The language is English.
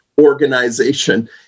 organization